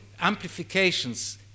amplifications